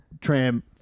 tram